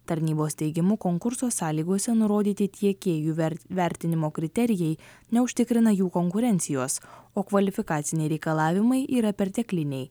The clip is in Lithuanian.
tarnybos teigimu konkurso sąlygose nurodyti tiekėjų ver vertinimo kriterijai neužtikrina jų konkurencijos o kvalifikaciniai reikalavimai yra pertekliniai